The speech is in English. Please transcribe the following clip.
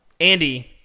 Andy